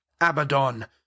abaddon